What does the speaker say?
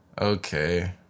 Okay